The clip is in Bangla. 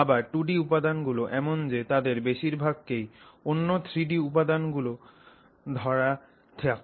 আবার 2 ডি উপাদান গুলো এমন যে তাদের বেশিরভাগ কেই অন্য 3 ডি উপাদান গুলো ধরে থাকে